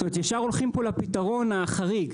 זאת אומרת ישר הולכים פה לפתרון החריג,